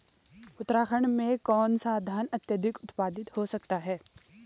उत्तराखंड में कौन सा धान अत्याधिक उत्पादित हो सकता है?